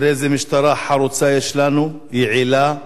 תראה איזו משטרה חרוצה יש לנו, יעילה.